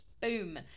Boom